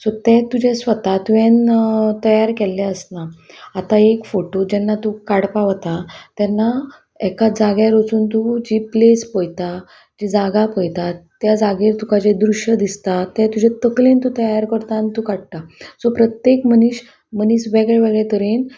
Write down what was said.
so तें तुजें स्वता तुवें तयार केल्ले आसना आतां एक फोटो जेन्ना तूं काडपा वता तेन्ना एका जाग्यार वचून तूं जी प्लेस पळयता जी जागा पळयता त्या जागेर तुका जें दृश्य दिसता तें तुजे तकलेन तूं तयार करता आनी तूं काडटा सो प्रत्येक मनीश मनीस वेगळे वेगळे तरेन